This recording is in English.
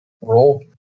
roll